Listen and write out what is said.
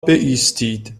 بایستید